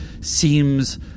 seems